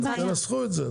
אז תנסחו את זה,